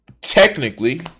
technically